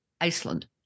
Iceland